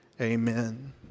Amen